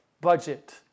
budget